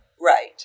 Right